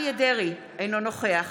אריה מכלוף דרעי, אינו נוכח